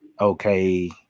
Okay